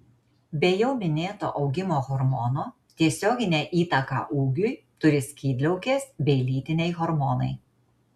be jau minėto augimo hormono tiesioginę įtaką ūgiui turi skydliaukės bei lytiniai hormonai